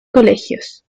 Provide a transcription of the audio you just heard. colegios